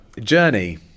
Journey